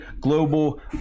global